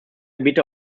gebiete